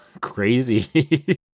crazy